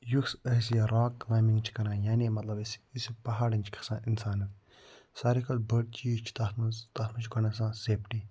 یُس أسۍ یہِ راک کٕلایمبِنٛگ چھِ کران یعنی مَطلَب أسۍ یہِ یُس یہِ پہاڑَن چھِ کھَسان اِنسانہٕ ساروی کھۄتہٕ بٔڑ چیٖز چھِ تتھ مَنٛز تتھ مَنٛز چھِ گۄڈٕ آسان سیفٹی